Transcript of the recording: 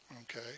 okay